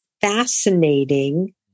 fascinating